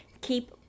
keep